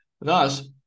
Thus